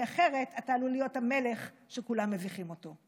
כי אחרת אתה עלול להיות המלך שכולם מביכים אותו.